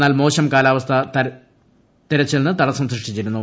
എന്നാൽ മോശം കാലാവസ്ഥ തിരച്ചിലിന് തടസ്സം സൃഷ്ടിച്ചിരുന്നു